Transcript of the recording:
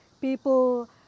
people